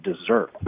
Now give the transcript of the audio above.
deserve